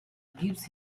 gives